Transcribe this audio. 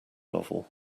novel